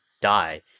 die